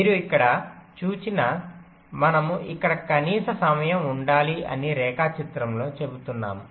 మీరు ఇక్కడ చూచిన మనము ఇక్కడ కనీస సమయం ఉండాలి అని రేఖాచిత్రంతో చెబుతున్నాము